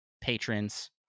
patrons